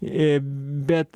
ė bet